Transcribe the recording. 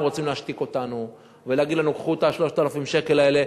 הם רוצים להשתיק אותנו ולהגיד לנו: קחו את 3,000 השקל האלה.